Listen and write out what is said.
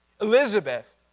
Elizabeth